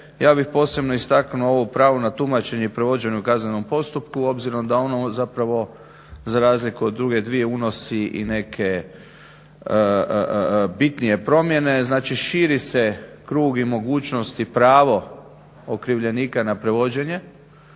ja bih posebno istaknuo ovu o pravu na tumačenje i prevođenje u kaznenom postupku obzirom da ono zapravo za razliku od druge dvije unosi i neke bitnije promjene. Znači širi se krug, i mogućnost i pravo okrivljenika na prevođenje